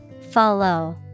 FOLLOW